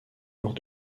lors